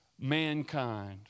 mankind